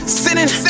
sinning